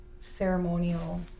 ceremonial